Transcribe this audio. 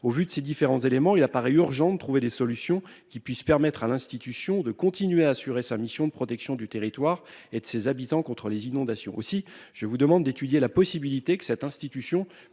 Au vu de ces différents éléments. Il apparaît urgent de trouver des solutions qui puissent permettre à l'institution de continuer à assurer sa mission de protection du territoire et de ses habitants contre les inondations aussi. Je vous demande d'étudier la possibilité que cette institution